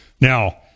Now